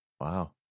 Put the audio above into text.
Wow